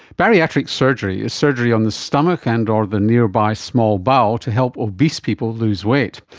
bariatric surgery is surgery on the stomach and or the nearby small-bowel to help obese people lose weight.